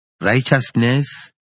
righteousness